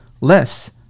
less